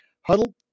huddle